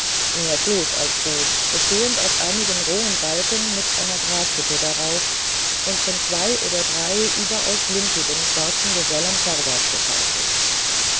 mehr floß als boot bestehend aus einigen rohen balken mit einer grashütte darauf und von zwei oder drei überaus lumpigen schwarzen gesellen vorwärts geschaufelt